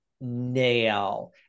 nail